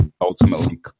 ultimately